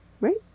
Right